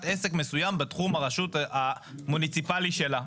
עסק מסוים בתחום הרשות המוניציפלי שלה.